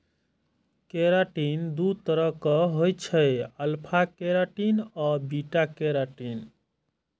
keratin दू तरहक होइ छै, अल्फा केराटिन आ बीटा केराटिन